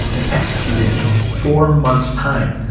and executed in four months' time.